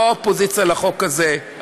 לא האופוזיציה לחוק הזה,